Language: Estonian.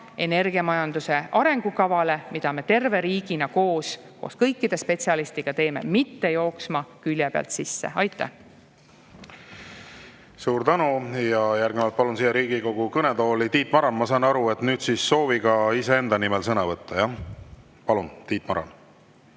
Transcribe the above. energiamajanduse arengukavale, mida me terve riigina koos kõikide spetsialistidega teeme, mitte jooksma külje pealt sisse. Aitäh! Suur tänu! Järgnevalt palun siia Riigikogu kõnetooli Tiit Marani. Ma saan aru, et nüüd on soov iseenda nimel sõna võtta, jah? Palun, Tiit Maran!